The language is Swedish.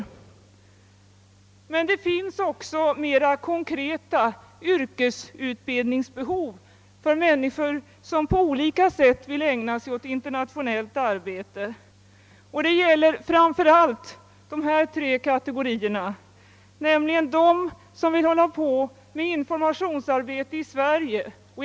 Det finns emellertid också mer konkreta yrkesutbildningsbehov för människor som på olika sätt vill ägna sig åt internationellt arbete, och det gäller framför allt för följande tre kategorier: 1. De som vill ägna sig åt informationsarbete inom landet.